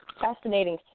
Fascinating